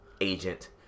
agent